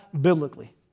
biblically